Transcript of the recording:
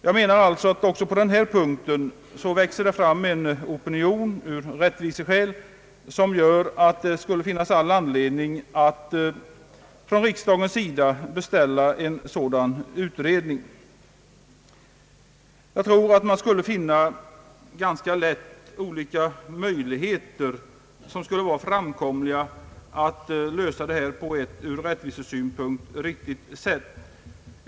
Jag menar alltså att det också på denna punkt ur rättviseskäl växer fram en opinion som gör att det skulle finnas all anledning att från riksdagens sida beställa en sådan utredning. Jag tror att man ganska lätt skulle finna olika möjligheter att lösa detta problem på ett ur rättvisesynpunkt riktigt sätt.